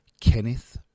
Kenneth